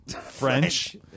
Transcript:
French